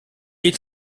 est